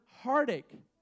heartache